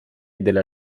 della